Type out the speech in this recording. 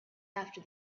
after